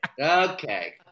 Okay